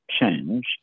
change